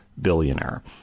billionaire